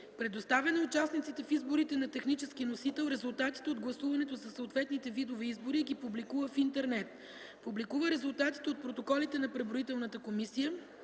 предоставя на участниците в изборите на технически носител резултатите от гласуването за съответните видове избори и ги публикува в интернет; публикува резултатите от протоколите на преброителната комисия